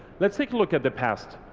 let's take a look at the past.